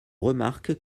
remarque